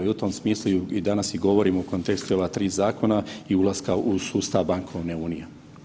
I u tom smislu danas i govorimo u kontekstu i ova tri zakona i ulaska u sustav bankovne unije.